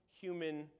human